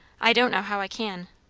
i don't know how i can!